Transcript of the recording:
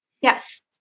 Yes